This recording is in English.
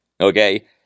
okay